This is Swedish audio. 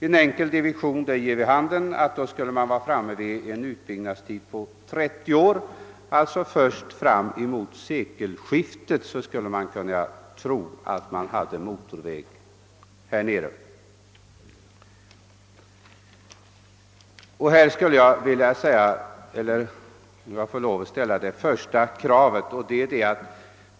En enkel division ger som resultat en utbyggnadstid på 30 år, och följaktligen skulle man inte förrän fram emot sekelskiftet kunna ha motorvägen färdigbyggd.